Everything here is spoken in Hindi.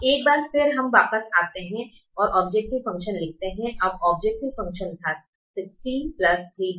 अब एक बार फिर हम वापस जाते हैं और ओब्जेक्टिव फ़ंक्शन लिखते हैं अब ओब्जेक्टिव फ़ंक्शन था 6032X2 52X4